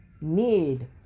need